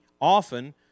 often